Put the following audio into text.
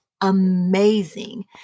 amazing